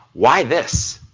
why this?